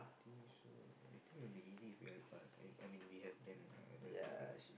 think so I think it will be easy if you help ah I I mean if we have them lah that that fella